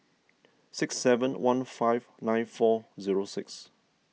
six seven one five nine four zero six